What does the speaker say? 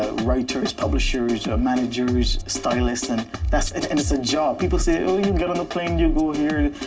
writers, publishers, managers, stylists, and that's and it's a job. people say, oh, you get on a plane you go here.